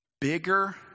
bigger